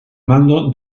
mando